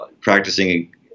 practicing